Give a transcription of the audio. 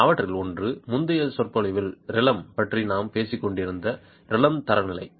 அவற்றில் ஒன்று முந்தைய சொற்பொழிவில் ரிலெம் பற்றி நாம் பேசிக் கொண்டிருந்த ரிலெம் தரநிலைகள்